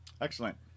Excellent